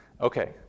Okay